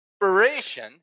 inspiration